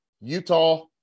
Utah